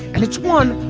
which one?